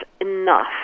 enough